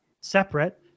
separate